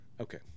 Okay